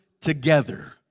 together